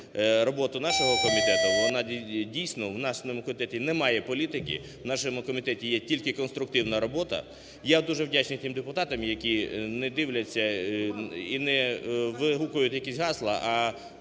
роботу нашого комітету, вона дійсно у нас на комітеті немає політики, у нашому комітеті є тільки конструктивна робота. Я дуже вдячний тим депутатам, які не дивляться і не вигукують якісь гасла,